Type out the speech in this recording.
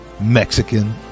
Mexican